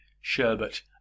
sherbet